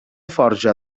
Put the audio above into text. forja